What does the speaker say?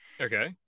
okay